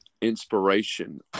inspiration